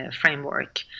framework